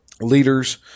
leaders